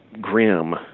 grim